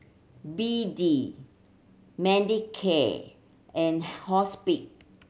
B D Manicare and Hospi